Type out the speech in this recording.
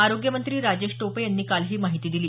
आरोग्य मंत्री राजेश टोपे यांनी काल ही माहिती दिली